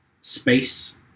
space